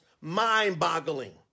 mind-boggling